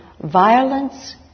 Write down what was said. Violence